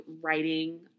writing